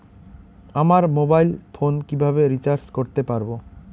আমার mobile phone কিভাবে recharge করতে পারব?